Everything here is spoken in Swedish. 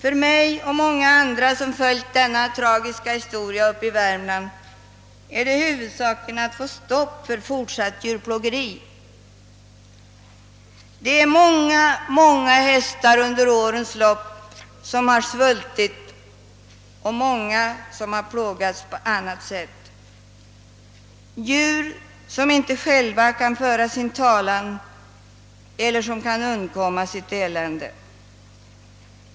Jag och många andra, som har följt denna tragiska historia i Värmland, anser att huvudsaken är att få stopp för fortsatt djurplågeri. Många hästar har under årens lopp svultit och många har plågats på annat sätt — djur som inte själva kan föra sin talan eller undkomma sitt elände.